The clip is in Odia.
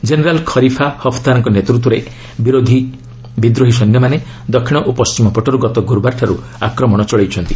ଜେନେରାଲ୍ ଖରିଫା ହଫ୍ତାରଙ୍କ ନେତୃତ୍ୱରେ ବିଦ୍ରୋହୀ ସୈନ୍ୟମାନେ ଦକ୍ଷିଣ ଓ ପଣ୍ଢିମ ପଟରୁ ଗତ ଗୁରୁବାରଠାରୁ ଆକ୍ରମଣ ଚଳାଇଛନ୍ତି